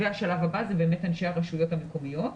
והשלב הבא הוא באמת אנשי הרשויות המקומיות.